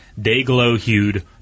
day-glow-hued